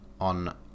on